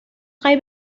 خوای